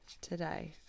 today